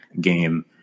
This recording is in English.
game